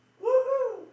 Woo-hoo